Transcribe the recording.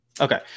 Okay